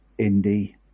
indie